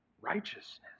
righteousness